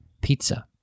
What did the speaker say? pizza